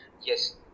yes